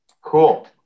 Cool